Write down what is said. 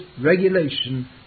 regulation